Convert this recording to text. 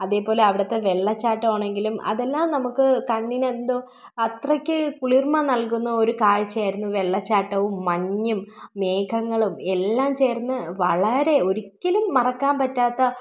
അതേപോലെ അവിടുത്തെ വെള്ളച്ചാട്ടമാണെങ്കിലും അതെല്ലാം നമുക്ക് കണ്ണിനെന്തോ അത്രയ്ക്ക് കുളിർമ നൽകുന്ന ഒരു കാഴ്ച ആയിരുന്നു വെള്ളച്ചാട്ടവും മഞ്ഞും മേഘങ്ങളും എല്ലാം ചേർന്ന് വളരെ ഒരിക്കലും മറക്കാൻ പറ്റാത്ത